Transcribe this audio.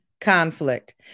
conflict